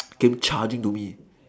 came charging to me